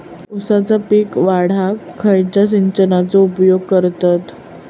ऊसाचा पीक वाढाक खयच्या सिंचनाचो उपयोग करतत?